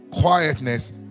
quietness